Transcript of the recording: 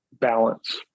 balance